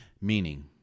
Meaning